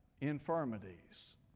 infirmities